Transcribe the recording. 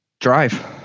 Drive